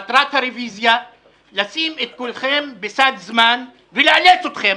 מטרת הרביזיה לשים את כולכם בסד של זמן ולאלץ אתכם